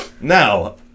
Now